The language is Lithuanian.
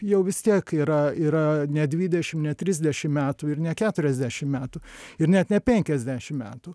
jau vis tiek yra yra ne dvidešim ne trisdešim metų ir ne keturiasdešim metų ir net ne penkiasdešim metų